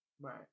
Right